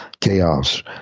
Chaos